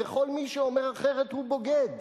וכל מי שאומר אחרת הוא בוגד.